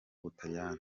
butaliyani